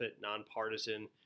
nonpartisan